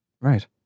Right